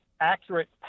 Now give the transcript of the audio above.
accurate